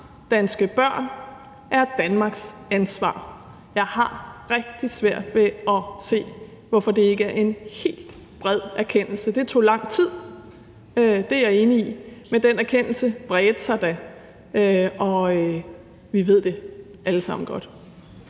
Danske børn er Danmarks ansvar. Jeg har rigtig svært ved at se, hvorfor det ikke er en helt bred erkendelse. Det tog lang tid – det er jeg enig i – men den erkendelse bredte sig da, og vi ved det alle sammen godt.